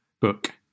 Book